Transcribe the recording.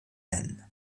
nennen